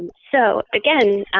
so again,